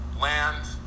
land